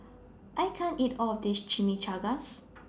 I can't eat All of This Chimichangas